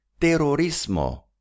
terrorismo